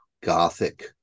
gothic